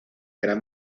gran